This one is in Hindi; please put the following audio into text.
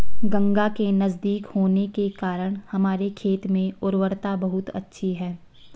गंगा के नजदीक होने के कारण हमारे खेत में उर्वरता बहुत अच्छी है